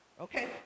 okay